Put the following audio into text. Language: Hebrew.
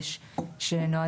שוב, זה פחות משנה.